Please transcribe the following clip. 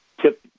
tip